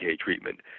treatment